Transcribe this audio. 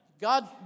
God